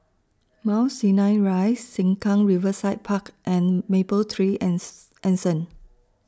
Mount Sinai Rise Sengkang Riverside Park and Mapletree An Anson